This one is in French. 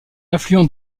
affluent